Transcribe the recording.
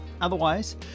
otherwise